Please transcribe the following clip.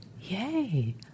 yay